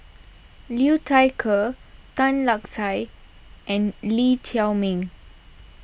Liu Thai Ker Tan Lark Sye and Lee Chiaw Meng